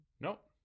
Nope